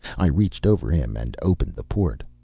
i reached over him and opened the port.